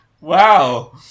Wow